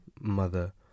mother